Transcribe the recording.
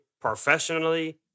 professionally